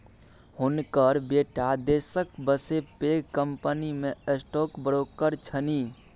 हुनकर बेटा देशक बसे पैघ कंपनीमे स्टॉक ब्रोकर छनि